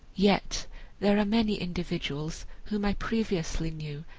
yet there are many individuals whom i previously knew,